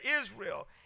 Israel